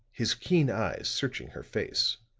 his keen eyes searching her face.